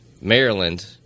Maryland